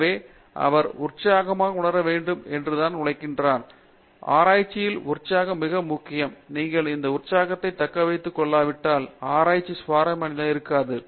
எனவே அவர் உற்சாகமாக உணர வேண்டும் என்று தான் உழைக்கிறான் ஆராய்ச்சியில் உற்சாகம் மிக முக்கியம் நீங்கள் அந்த உற்சாகத்தைத் தக்க வைத்துக் கொள்ளாவிட்டால் ஆராய்ச்சி சுவாரஸ்யமாக இருக்காது